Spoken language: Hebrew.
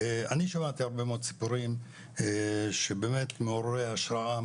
אני שמעתי הרבה מאוד סיפורים שבאמת מעוררי השראה,